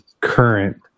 current